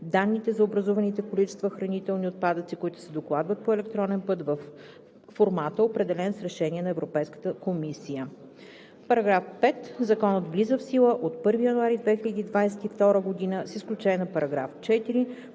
данните за образуваните количества хранителни отпадъци, които се докладват по електронен път във формата, определен с решение на Европейската комисия.“ § 5. Законът влиза в сила от 1 януари 2022 г., с изключение на § 4,